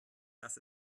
das